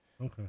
Okay